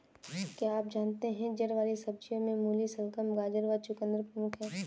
क्या आप जानते है जड़ वाली सब्जियों में मूली, शलगम, गाजर व चकुंदर प्रमुख है?